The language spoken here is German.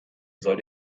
soll